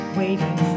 waiting